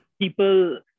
People